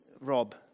Rob